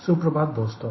सुप्रभात दोस्तों